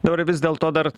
dabar vis dėl to dar